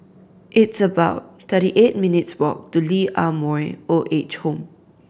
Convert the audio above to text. it's about thirty eight minutes walk to Lee Ah Mooi Old Age Home